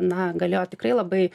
na galėjo tikrai labai